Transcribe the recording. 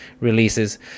releases